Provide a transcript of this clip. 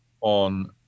on